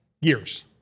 years